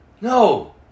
No